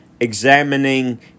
examining